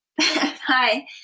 Hi